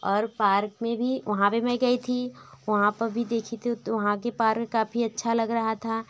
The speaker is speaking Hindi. और पार्क में भी वहाँ पर मैं गई थी वहाँ पर भी देखी थी तो वहाँ के पार्क काफ़ी अच्छा लग रहा था